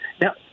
Now